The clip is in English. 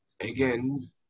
Again